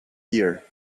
ear